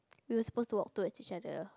we were supposed to walk towards each other